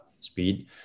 speed